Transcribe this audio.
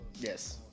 yes